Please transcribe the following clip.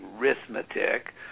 arithmetic